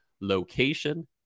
Location